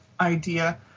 idea